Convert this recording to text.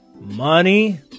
money